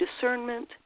discernment